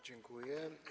Dziękuję.